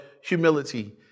humility